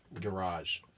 Garage